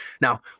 Now